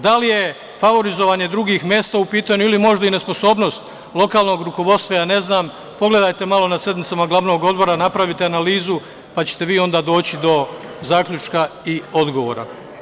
Da li je favorizovanje drugih mesta u pitanju ili možda i nesposobnost lokalnog rukovodstva, ja ne znam, pogledajte malo na sednicama glavnog odbora, napravite analizu, pa ćete vi onda doći do zaključka i odgovora.